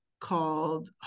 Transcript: called